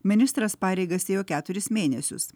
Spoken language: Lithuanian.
ministras pareigas ėjo keturis mėnesius